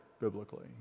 biblically